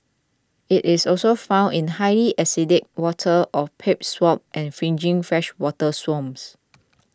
it is also found in highly acidic waters of peat swamps and fringing freshwater swamps